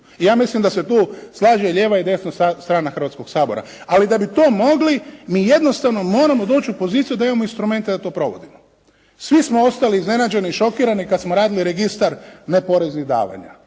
I ja mislim da se tu slaže i lijeva i desna strana Hrvatskog sabora. Ali da bi to mogli, mi jednostavno moramo doći u poziciju da imamo instrumente da to provodimo. Svi smo ostali iznenađeni i šokirani kad smo radili registar neporeznih davanja,